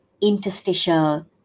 interstitial